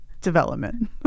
development